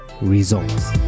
results